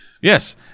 Yes